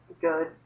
good